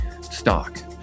stock